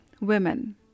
women